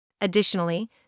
additionally